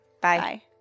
Bye